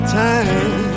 time